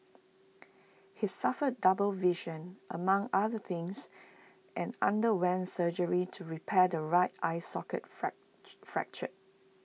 he suffered double vision among other things and underwent surgery to repair the right eye socket fracture